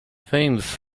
thames